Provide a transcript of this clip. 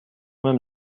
même